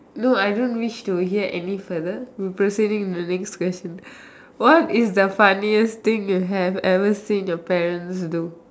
no I don't wish to get any further proceeding to the question what is the funniest thing you have ever seen your parents do